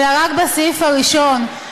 אלא רק בסעיף הראשון,